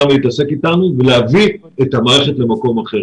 מלהתעסק אתנו ולהביא את המערכת למקום אחר.